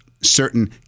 certain